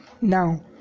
Now